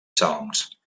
salms